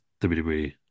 WWE